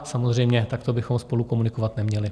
Samozřejmě takto bychom spolu komunikovat neměli.